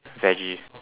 veggies